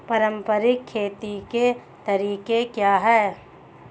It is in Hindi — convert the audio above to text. पारंपरिक खेती के तरीके क्या हैं?